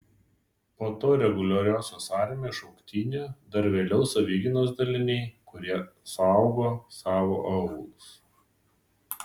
po to reguliariosios armijos šauktinių dar vėliau savigynos daliniai kurie saugo savo aūlus